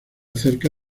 cerca